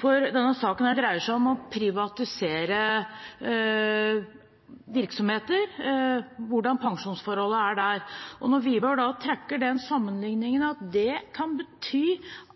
Denne saken dreier seg om å privatisere virksomheter, og om hvordan pensjonsforholdene er der. Når Wiborg da trekker den sammenligningen at det kan bety